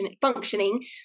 functioning